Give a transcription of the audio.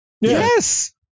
Yes